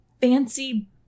fancy